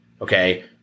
Okay